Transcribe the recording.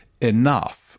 enough